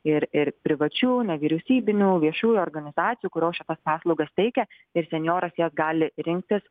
ir ir privačių nevyriausybinių viešų organizacijų kurios šitas paslaugas teikia ir senjoras jas gali rinktis